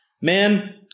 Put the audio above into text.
man